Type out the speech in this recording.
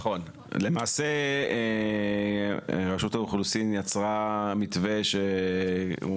למעשה רשות האוכלוסין יצרה מתווה שהוא